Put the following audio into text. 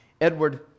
Edward